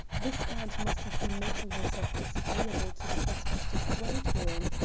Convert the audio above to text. this aunt must have been making herself disagreeable to the prospective bridegroom,